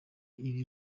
iri